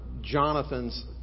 Jonathan's